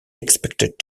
expected